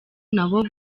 nabo